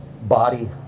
body